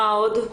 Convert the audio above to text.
מה עוד?